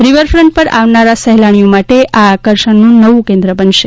riverfront પર આવનારા સહેલાણીઓ માટે આ આકર્ષણનું નવું કેન્દ્ર બનશે